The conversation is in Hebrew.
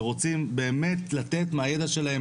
שרוצים באמת לתת מהידע שלהם,